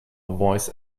voice